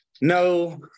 no